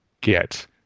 get